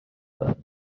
that